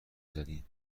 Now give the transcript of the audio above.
زدین